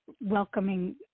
welcoming